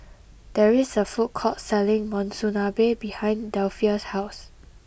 there is a food court selling Monsunabe behind Delphia's house